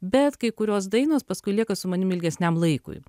bet kai kurios dainos paskui lieka su manim ilgesniam laikui